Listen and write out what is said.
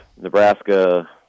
Nebraska –